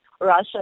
Russia